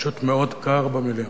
פשוט מאוד קר במליאה.